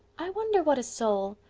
i wonder what a soul.